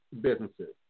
businesses